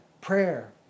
prayer